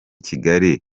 kigali